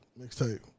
mixtape